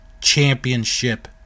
championship